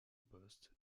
poste